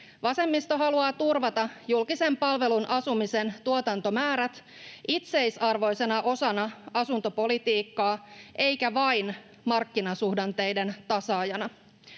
Vasemmisto haluaa turvata julkisen palvelun asumisen tuotantomäärät itseisarvoisena osana asuntopolitiikkaa eikä vain markkinasuhdanteiden tasaajana.